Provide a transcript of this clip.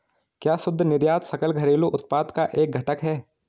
क्या शुद्ध निर्यात सकल घरेलू उत्पाद का एक घटक है?